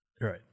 right